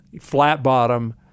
flat-bottom